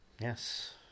Yes